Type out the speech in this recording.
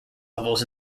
levels